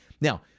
Now